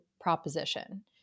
proposition